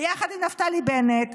ביחד עם נפתלי בנט,